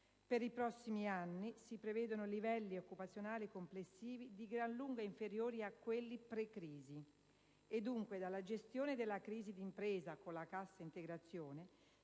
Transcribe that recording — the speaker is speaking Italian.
Per i prossimi anni si prevedono livelli occupazionali complessivi di gran lunga inferiori a quelli precrisi. Dunque, dalla gestione della crisi d'impresa con la cassa integrazione